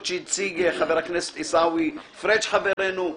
שהציג חבר הכנסת עיסאווי פריג' חברנו.